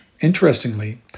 Interestingly